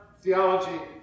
theology